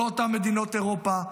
לא אותן מדינות אירופה,